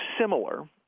similar